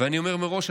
אני אומר מראש,